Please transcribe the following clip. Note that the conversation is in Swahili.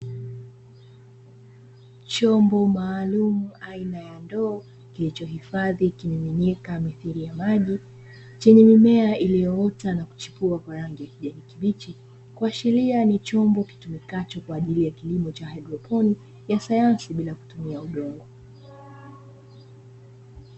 Chombo maalumu chenye mimea ilio ota na kuchipua kwa sheria ni chombo kinacho tumika na sayansi ambayo inatumia kilimo bila kutumia udongo